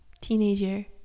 Teenager